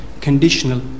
conditional